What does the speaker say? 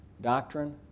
doctrine